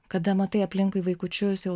kada matai aplinkui vaikučius jau